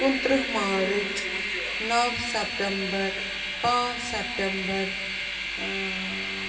کُنہٕ تٕرٛہ مارٕچ نو سٹمبر پانٛژھ سٹمبر